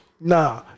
nah